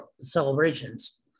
celebrations